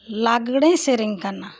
ᱞᱟᱜᱽᱲᱮ ᱥᱮᱨᱮᱧ ᱠᱟᱱᱟ